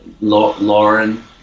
Lauren